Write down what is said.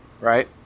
Right